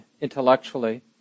intellectually